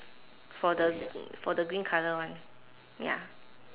for the for the green colour one ya